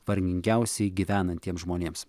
vargingiausiai gyvenantiems žmonėms